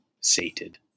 sated